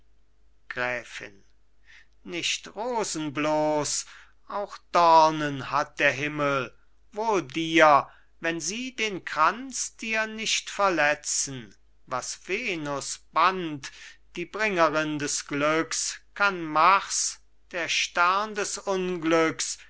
gräfin nicht rosen bloß auch dornen hat der himmel wohl dir wenn sie den kranz dir nicht veletzen was venus band die bringerin des glücks kann mars der stern des unglücks